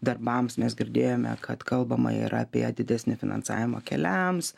darbams mes girdėjome kad kalbama yra apie didesnį finansavimą keliams